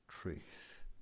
truth